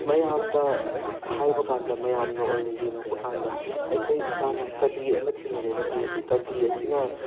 ꯃꯌꯥꯝꯗ ꯍꯥꯏꯕ ꯀꯥꯟꯗ ꯃꯌꯥꯝꯅ ꯑꯣꯏꯅ ꯌꯦꯡꯉꯛꯄ ꯀꯥꯟꯗ ꯑꯩꯈꯣꯏ ꯏꯁꯥꯅ ꯀꯕꯤ ꯑꯃ ꯊꯦꯡꯅꯔꯦꯅ ꯈꯜꯂꯁꯤ ꯀꯕꯤ ꯑꯁꯤꯅ